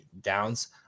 downs